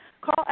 Call